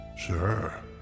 sure